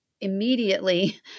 immediately